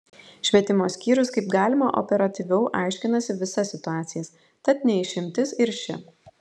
švietimo skyrius kaip galima operatyviau aiškinasi visas situacijas tad ne išimtis ir ši